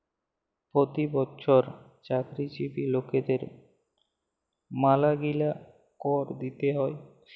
পতি বচ্ছর চাকরিজীবি লকদের ম্যালাগিলা কর দিতে হ্যয়